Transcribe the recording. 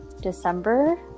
December